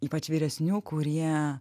ypač vyresnių kurie